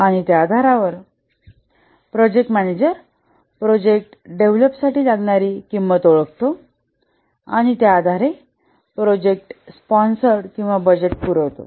आणि त्या आधारावर प्रोजेक्ट मॅनेजर प्रोजेक्ट डेव्हलप साठी लागणारी किंमत ओळखतो आणि त्या आधारे प्रोजेक्ट स्पॉन्सर किंवा ग्राहक बजेट पुरवतो